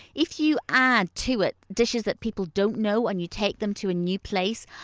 if you add to it dishes that people don't know and you take them to a new place,